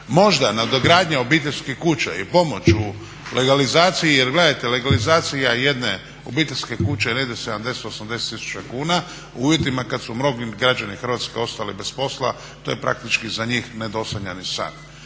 Možda nadogradnja obiteljskih kuća i pomoć u legalizaciji, jer gledajte legalizacija jedne obiteljske kuće je negdje 70, 80 tisuća kuna u uvjetima kada su mnogi građani Hrvatske ostali bez posla to je praktički za njih nedosanjani san.